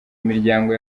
miryango